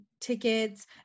tickets